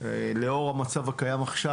לאור המצב הקיים עכשיו,